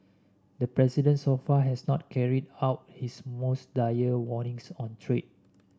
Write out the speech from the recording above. the president so far has not carried out his most dire warnings on trade